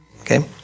okay